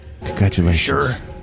congratulations